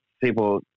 people